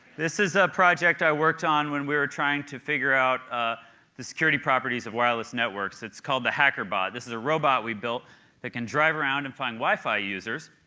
this is a project i worked on when we were trying to figure out ah the security properties of wireless networks it's called the hackerbot. this is a robot we've built that can drive around and find wi-fi users,